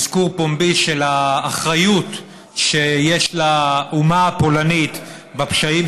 אזכור פומבי של האחריות שיש לאומה הפולנית בפשעים